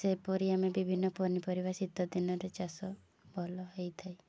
ସେହିପରି ଆମେ ବିଭିନ୍ନ ପନିପରିବା ଶୀତ ଦିନରେ ଚାଷ ଭଲ ହେଇଥାଏ